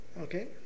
Okay